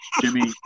jimmy